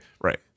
Right